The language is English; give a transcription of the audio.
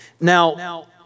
Now